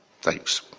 Thanks